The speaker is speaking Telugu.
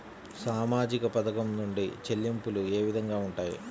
సామాజిక పథకం నుండి చెల్లింపులు ఏ విధంగా ఉంటాయి?